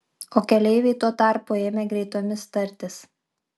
o keleiviai tuo tarpu ėmė greitomis tartis